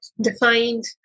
defined